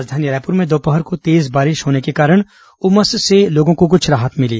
राजधानी रायपुर में दोपहर को तेज बारिश होने के कारण उमस से लोगों को कुछ राहत मिली